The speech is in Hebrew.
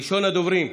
ראשון הדוברים,